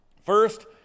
First